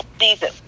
season